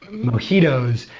mojitos.